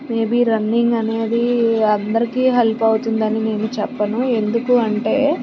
maybe running అనేది అందరికీ help అవుతుందని నేను చెప్పను ఎందుకు అంటే